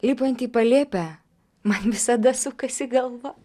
lipant į palėpę man visada sukasi galva